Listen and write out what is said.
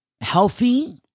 healthy